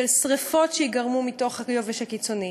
של שרפות שייגרמו מתוך היובש הקיצוני,